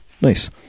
Nice